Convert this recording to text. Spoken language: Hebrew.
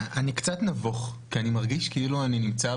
אני קצת נבוך כי אני מרגיש כאילו אני נמצא